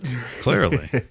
Clearly